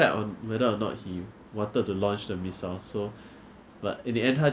just safer in general lah I mean it's not like I'm dissing malaysia lah but like